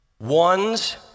Ones